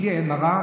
בלי עין הרע,